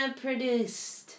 produced